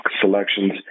selections